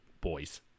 boys